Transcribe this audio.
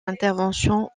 interventions